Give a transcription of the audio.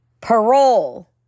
parole